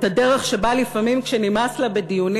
את הדרך שבה לפעמים כשנמאס לה בדיונים